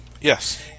Yes